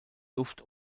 luft